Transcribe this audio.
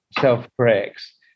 self-corrects